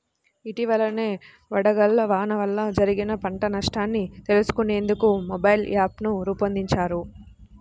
ఇటీవలనే వడగళ్ల వాన వల్ల జరిగిన పంట నష్టాన్ని తెలుసుకునేందుకు మొబైల్ యాప్ను రూపొందించారు